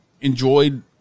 enjoyed